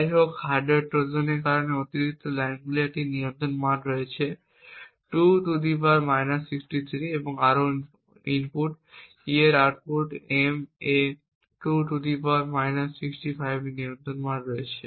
যাইহোক হার্ডওয়্যার ট্রোজানের কারণে অতিরিক্ত লাইনগুলির একটি নিয়ন্ত্রণ মান রয়েছে 2 আরও ইনপুট E র আউটপুট এম এ 2 নিয়ন্ত্রণ মান রয়েছে